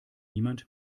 niemand